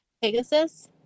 Pegasus